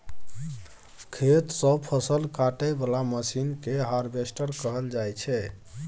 खेत सँ फसल काटय बला मशीन केँ हार्वेस्टर कहल जाइ छै